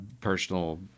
personal